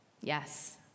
yes